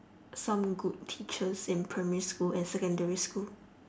some good teachers in primary school and secondary school